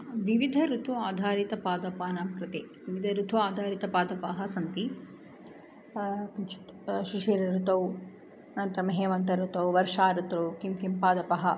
विविधः ऋतुः आधारितपादपानां कृते विवधः ऋतौ आधारितपादपाः सन्ति शिशिर ऋतौ तम हेमन्त ऋतौ वर्षा ऋतु किं किं पादपाः